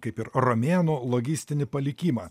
kaip ir romėnų logistinį palikimą